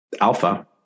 alpha